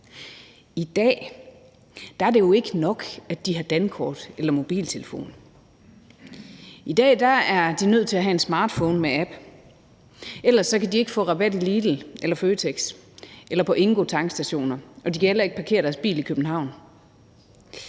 i dag – er det jo ikke nok, at de har dankort eller mobiltelefon. I dag er de nødt til at have en smartphone med apps, ellers kan de ikke få rabat i Lidl eller i Føtex eller på INGO-tankstationer, og de kan heller ikke parkere deres bil i København.